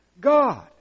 God